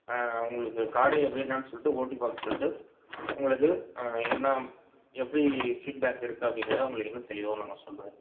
உங்களுக்கு காரை எப்படி என்னன்னு சொல்லிட்டு ஓட்டிப் பார்க்க சொல்லிட்டு உங்களுக்கு என்ன எப்படி ஃபீட்பேக் இருக்கு அப்படிங்கிறத உங்களுக்கு இன்னும் தெளிவாக நாங்கள் சொல்வோம்